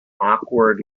awkward